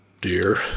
Dear